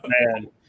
man